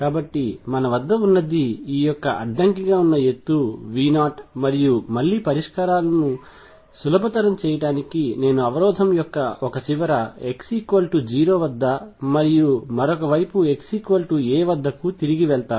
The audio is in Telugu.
కాబట్టి మన వద్ద ఉన్నది ఈ యొక్క అడ్డంకిగా ఉన్న ఎత్తు V0 మరియు మళ్లీ పరిష్కారాలను సులభతరం చేయడానికి నేను అవరోధం యొక్క ఒక చివర x0 వద్ద మరియు మరొక వైపు xaవద్దకు తిరిగి వెళ్తాను